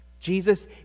Jesus